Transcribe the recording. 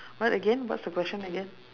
what again what's the question again